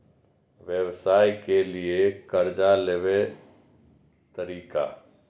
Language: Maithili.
व्यवसाय के लियै कर्जा लेबे तरीका?